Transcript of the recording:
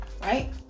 right